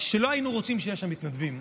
שלא היינו רוצים שיהיו שם מתנדבים,